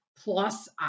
plus